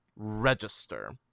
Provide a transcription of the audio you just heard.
register